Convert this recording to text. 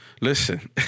Listen